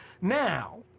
Now